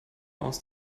aus